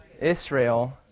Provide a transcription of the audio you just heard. Israel